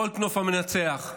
יש פה את גולדקנופ המנצח,